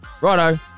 Righto